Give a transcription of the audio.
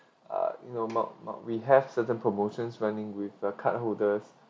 uh you know mark mark we have certain promotions running with a cardholders